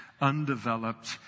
undeveloped